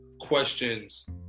questions